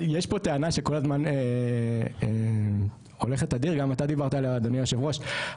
יש פה טענה שכל הזמן הולכת תדיר גם אתה דיברת עליה אדוני היושב ראש,